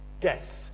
death